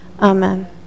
Amen